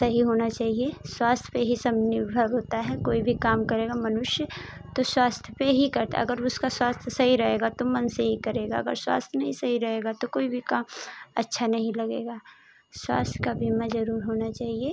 सही होना चाहिए स्वास्थय पर ही सब निर्भर होता है कोई भी काम करेगा मनुष्य तो स्वास्थ पर ही करता अगर उसका स्वास्थ सही रहेगा तो मन से ही करेगा अगर स्वास्थ नहीं सही रहेगा तो कोई भी काम अच्छा नहीं लगेगा स्वास्थ्य का बीमा जरूर होना चाहिए